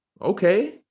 okay